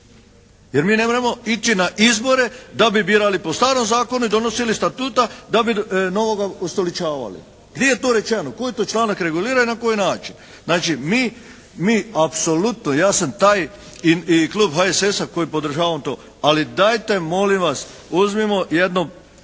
Jer mi ne možemo ići na izbore da bi birali po starom zakonu i donosili statuta da bi novoga ustoličavali. Gdje je to rečeno? Koji to članak regulira i na koji način? Znači mi apsolutno, ja sam taj i klub HSS-a koji podržavam to, ali dajte molim vas uzmimo jedno